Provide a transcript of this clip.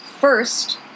First